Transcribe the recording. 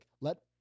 let